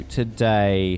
today